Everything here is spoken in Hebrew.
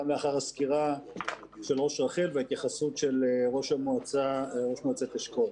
לאחר הסקירה של ראש רח"ל וההתייחסות של ראש מועצת אשכול.